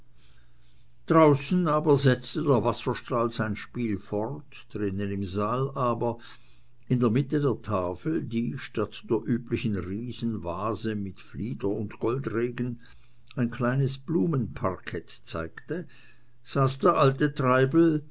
draußen setzte der wasserstrahl sein spiel fort drinnen im saal aber in der mitte der tafel die statt der üblichen riesenvase mit flieder und goldregen ein kleines blumenparkett zeigte saß der alte treibel